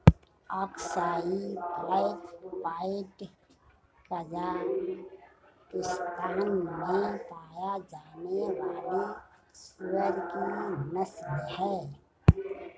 Aksai Black Pied Kazakhstan में पाया जाने वाली सूअर की नस्ल है